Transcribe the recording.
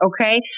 Okay